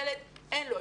ילד אין לו,